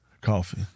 Coffee